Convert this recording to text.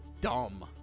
dumb